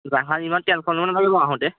জাহাজ ইমান টেনচন ল'ব নালাগে বাৰু আহোঁতে